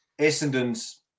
Essendon's